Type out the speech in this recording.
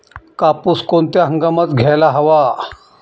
कापूस कोणत्या हंगामात घ्यायला हवा?